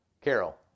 Carol